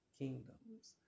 kingdoms